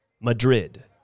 Madrid